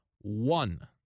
one